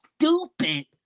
stupid